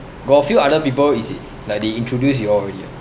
got a few other people is it like they introduce you all already ah